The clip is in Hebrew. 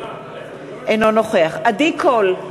אינו נוכח עדי קול,